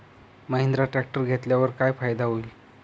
Mahindra tractor घेतल्यावर काय फायदा होईल?